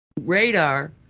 Radar